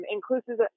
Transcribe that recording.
Inclusive